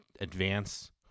advance